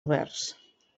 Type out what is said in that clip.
oberts